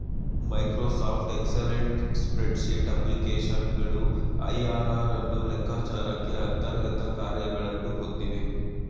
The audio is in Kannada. ಮೈಕ್ರೋಸಾಫ್ಟ್ ಎಕ್ಸೆಲೆಂಟ್ ಸ್ಪ್ರೆಡ್ಶೀಟ್ ಅಪ್ಲಿಕೇಶನ್ಗಳು ಐ.ಆರ್.ಆರ್ ಅನ್ನು ಲೆಕ್ಕಚಾರಕ್ಕೆ ಅಂತರ್ಗತ ಕಾರ್ಯಗಳನ್ನು ಹೊಂದಿವೆ